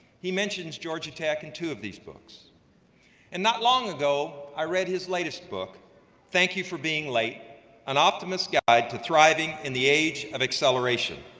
he mentions georgia tech in two of these books and not long ago i read his latest book thank you for being late an optimist's guide guide to thriving in the age of acceleration.